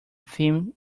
theme